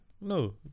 No